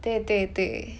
对对对